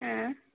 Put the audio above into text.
ஆ